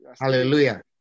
Hallelujah